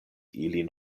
ilin